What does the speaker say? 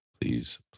Please